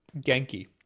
Genki